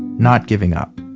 not giving up.